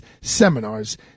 seminars